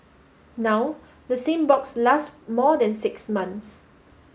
now the same box lasts more than six months